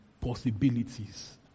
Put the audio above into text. possibilities